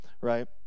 right